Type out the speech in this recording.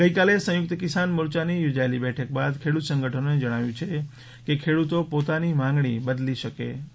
ગઈકાલે સંયુકત કિસાન મોરચાની યોજાયેલી બેઠક બાદ ખેડૂત સંગઠનોને જણાવ્યું છે કે ખેડૂતો પોતાની માંગણી બદલશે નહિં